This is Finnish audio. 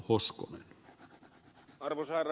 arvoisa herra puhemies